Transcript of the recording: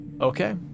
Okay